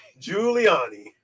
Giuliani